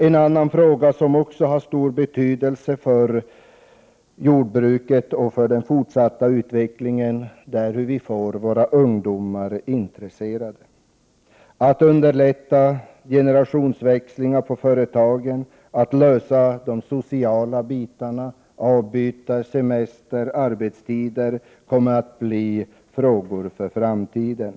En annan fråga som också har stor betydelse för jordbruket och den fortsatta utvecklingen är hur vi skall få våra ungdomar intresserade av jordbruket och därmed underlätta generationsväxlingar i företagen. Hur vi skall lösa de sociala problemen — avbytarsystem, semester och arbetstider — är frågor som vi måste ta itu med i framtiden.